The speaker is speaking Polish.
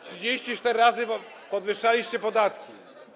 34 razy podwyższaliście podatki.